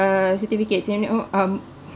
uh certificates and no um